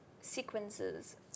sequences